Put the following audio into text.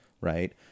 Right